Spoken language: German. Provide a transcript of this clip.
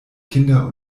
kinder